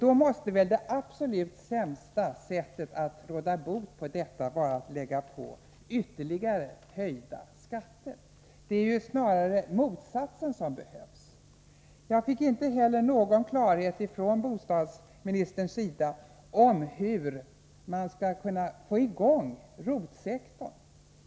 Då måste väl det absolut sämsta sättet att råda bot på detta vara att lägga på ytterligare höjda skatter. Det är snarare motsatsen som behövs. Jag fick inte heller genom inlägget från bostadsministerns sida någon klarhet om hur man skall kunna få i gång ROT-sektorn.